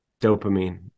dopamine